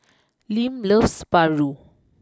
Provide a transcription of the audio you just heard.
Lim loves Paru